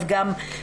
חדר אקוטי או לא,